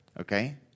Okay